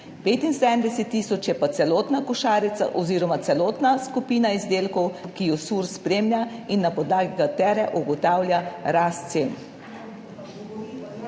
75 tisoč je pa celotna košarica oziroma celotna skupina izdelkov, ki jo SURS spremlja in na podlagi katere ugotavlja rast